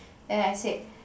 then I said